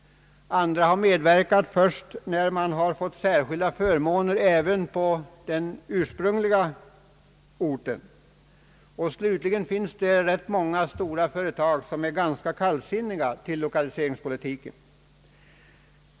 Andra har medverkat först när de har fått särskilda förmåner även för utbyggnad på huvudorten. Slutligen finns det rätt många stora företag som är ganska kallsinniga till lokaliseringspolitiken.